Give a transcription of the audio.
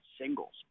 singles